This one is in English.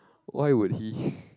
why would he